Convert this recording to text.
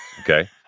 Okay